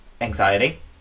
anxiety